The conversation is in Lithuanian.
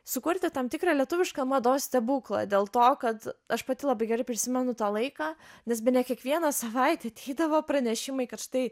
sukurti tam tikrą lietuvišką mados stebuklą dėl to kad aš pati labai gerai prisimenu tą laiką nes bene kiekvieną savaitę ateidavo pranešimai kad štai